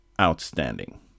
outstanding